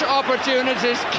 opportunities